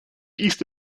east